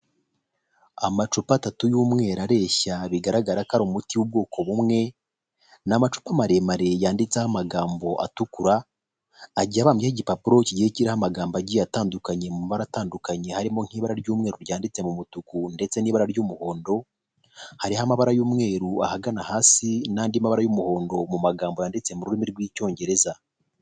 Amacupa atatu y'umweru areshya bigaragara ko ari umuti w'ubwoko bumwe, n'amacupa maremare yanditseho amagambo atukura, agiye ababyeho igipapuro kigiye kiriho amagambo agiye atandukanye mu mabara atandukanye, harimo nk'ibara ry'umweru ryanditse mu mutuku ndetse n'ibara ry'umuhondo. Hariho amabara y'umweru ahagana hasi, n'andi mabara y'umuhondo mu magambo yanditse mu rurimi rw'icyongereza.